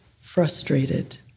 frustrated